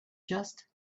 just